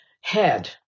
head